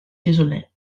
désolée